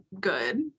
good